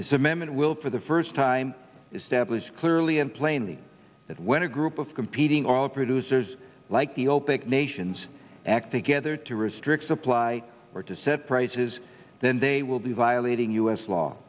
this amendment will for the first time establish clearly and plainly that when a group of competing all producers like the opec nations act together to restrict supply or to set prices then they will be violating u s law